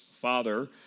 Father